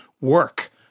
work